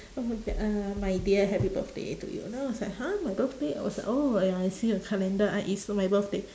uh my dear happy birthday to you then I was like !huh! my birthday I was like oh ya I see the calendar ah it's on my birthday